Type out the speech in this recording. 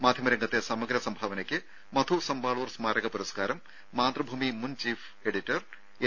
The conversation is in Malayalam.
മാധ്യമ രംഗത്തെ സമഗ്ര സംഭാവനയ്ക്ക് മധു സമ്പാളൂർ സ്മാരക പുരസ്കാരം മാതൃഭൂമി മുൻ ചീഫ് എഡിറ്റർ എം